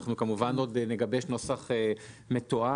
אנחנו כמובן נגבש נוסח מתואם.